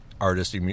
artist